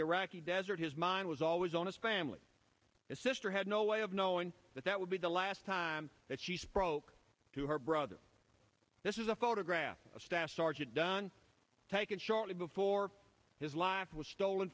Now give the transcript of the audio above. iraqi desert his mind was always on his family his sister had no way of knowing that that would be the last time that she spoke to her brother this is a photograph of staff sergeant dunn taken shortly before his life was stolen